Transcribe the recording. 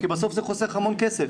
כי בסוף זה חוסך המון כסף.